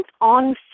on